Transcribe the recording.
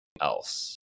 else